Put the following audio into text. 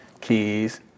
Keys